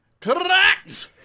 correct